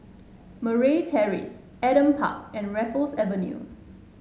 Murray Terrace Adam Park and Raffles Avenue